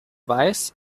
weiß